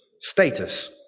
status